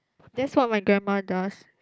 that's what my grandma does